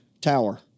tower